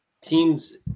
teams